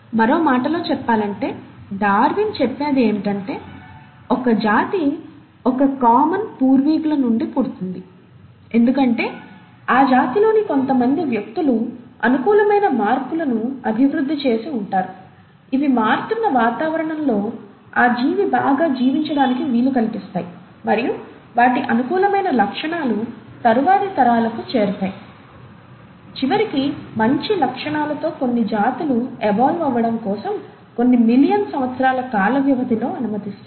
మరో మాటలో చెప్పాలంటే డార్విన్ చెప్పినది ఏమిటంటే ఒక జాతి ఒక కామన్ పూర్వీకుల నుండి పుడుతుంది ఎందుకంటే ఆ జాతిలోని కొంతమంది వ్యక్తులు అనుకూలమైన మార్పులను అభివృద్ధి చేసి ఉంటారు ఇవి మారుతున్న వాతావరణంలో ఆ జీవి బాగా జీవించడానికి వీలు కల్పిస్తాయి మరియు వాటి అనుకూలమైన లక్షణాలు తరువాతి తరాలకు చేరతాయి చివరికి మంచి లక్షణాలతో కొత్త జాతుల ఏవోల్వ్ అవ్వడం కోసం కొన్ని మిలియన్ సంవత్సరాల కాల వ్యవధిలో అనుమతిస్తుంది